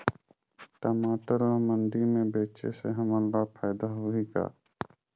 टमाटर ला मंडी मे बेचे से हमन ला फायदा होही का?